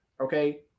okay